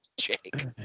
Jake